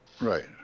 Right